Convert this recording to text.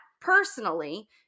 personally